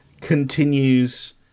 continues